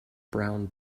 brown